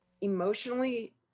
emotionally